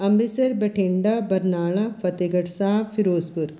Amritsar Bathinda Barnala Fatehgarh Sahib Firozpur